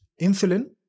insulin